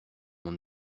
mon